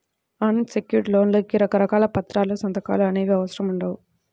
అన్ secured లోన్లకి రకరకాల పత్రాలు, సంతకాలు అనేవి అవసరం ఉండవు